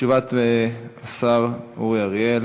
תשובת השר אורי אריאל